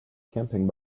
camping